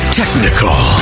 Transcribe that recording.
technical